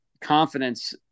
confidence